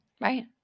Right